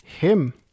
him